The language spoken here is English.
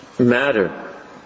matter